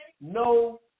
no